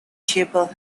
chapel